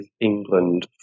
England